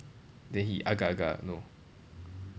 then he agak-agak know